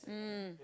mm